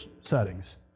settings